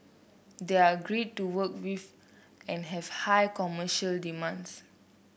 they are great to work with and have high commercial demands